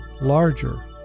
larger